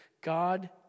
God